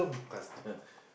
custom